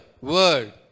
word